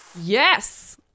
Yes